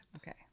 Okay